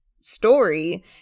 story